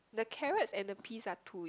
the carrots and the peas are two is